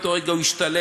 ומאותו רגע הוא השתלב,